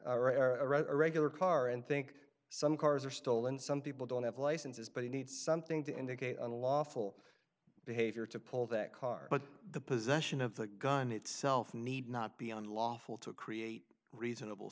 or a regular car and think some cars are stolen some people don't have licenses but you need something to indicate unlawful behavior to pull that car but the possession of the gun itself need not be unlawful to create reasonable